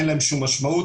אין להם שום משמעות.